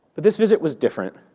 this visit was different.